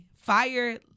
fire